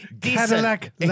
Cadillac